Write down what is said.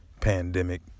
pandemic